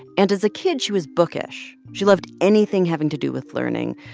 and as a kid, she was bookish. she loved anything having to do with learning,